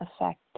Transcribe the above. effect